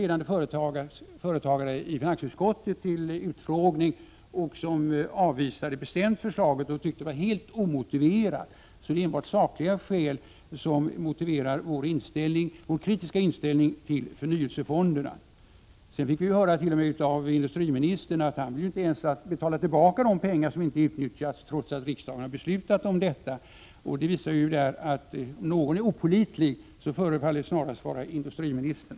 Ledande företagare som var på utfrågning i finansutskottet avvisade bestämt förslaget som helt omotiverat. Alltså enbart sakliga skäl motiverar vår kritiska inställning till förnyelsefonderna. Sedan har vi fått höra av industriministern att han inte ens vill betala tillbaka de pengar som inte utnyttjas, trots att riksdagen har beslutat om detta. Det visar att om någon är opålitlig förefaller det snarast att vara industriministern.